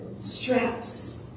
straps